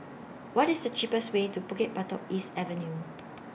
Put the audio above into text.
What IS The cheapest Way to Bukit Batok East Avenue